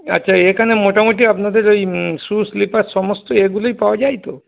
আচ্ছা এখানে মোটামুটি আপনাদের ওই শ্যু স্লিপার সমস্ত এগুলোই পাওয়া যায় তো